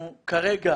אנחנו כרגע